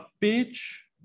page